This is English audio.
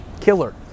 killer